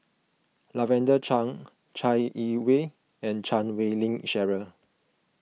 Lavender Chang Chai Yee Wei and Chan Wei Ling Cheryl